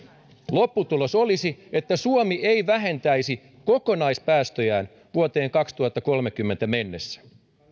lopputulos olisi että suomi ei vähentäisi kokonaispäästöjään vuoteen kaksituhattakolmekymmentä mennessä